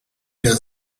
does